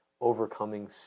overcoming